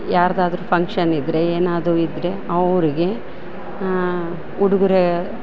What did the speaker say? ಯಾರ್ದಾದರು function ಇದ್ರೆ ಏನಾದು ಇದ್ರೆ ಅವರಿಗೆ ಉಡುಗೊರೆ